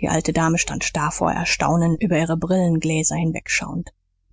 die alte dame stand starr vor erstaunen über ihre brillengläser hinwegschauend